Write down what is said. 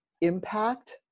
impact